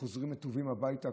חוזרים רטובים הביתה,